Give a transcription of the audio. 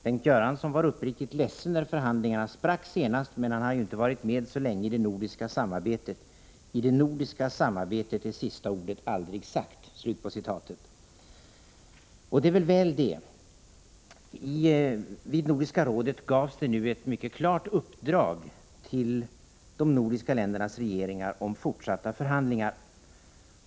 Bengt Göransson var uppriktigt ledsen när förhandlingarna sprack senast, men han har ju inte varit med så länge i det nordiska samarbetet. I det nordiska samarbetet är sista ordet aldrig sagt.” Det är nog väl det. Vid Nordiska rådet gavs det ett mycket klart uppdrag till de nordiska ländernas regeringar om fortsatta förhandlingar.